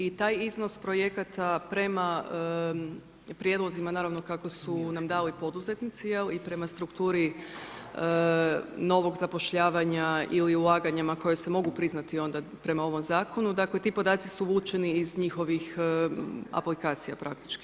I taj iznos projekata prema prijedlozima, naravno kako su nam dali poduzetnici i prema strukturi novog zapošljavanja ili ulaganjima koji se mogu priznati prema ovog zakonu, dakle, ti podaci su vučeni iz njihovih aplikacija, praktički.